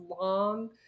long